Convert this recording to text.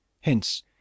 Hence